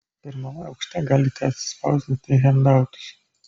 pirmame aukšte galite atsispausdinti hendautus